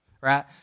right